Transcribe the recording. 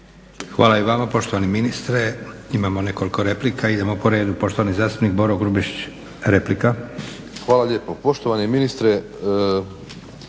Hvala i vama poštovani ministre. Imamo nekoliko replika. Idemo po redu. Poštovani zastupnik Boro Grubišić, replika. **Grubišić, Boro (HDSSB)**